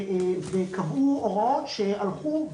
וקבעו הוראות שהלכו,